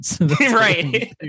Right